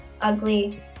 ugly